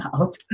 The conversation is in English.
out